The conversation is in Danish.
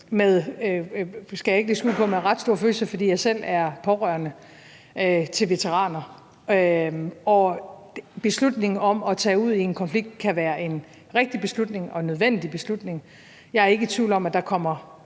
jeg ikke lægge skjul på, med ret store følelser, fordi jeg selv er pårørende til veteraner. Beslutningen om at tage ud i en konflikt kan være en rigtig beslutning og en nødvendig beslutning. Jeg er ikke i tvivl om, at der kommer